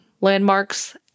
landmarks